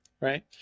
Right